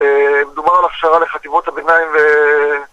מדובר על הפשרה לחטיבות הביניים ו...